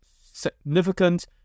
significant